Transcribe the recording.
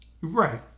Right